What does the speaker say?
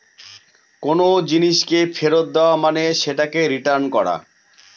কোনো জিনিসকে ফেরত দেওয়া মানে সেটাকে রিটার্ন করা